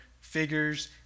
figures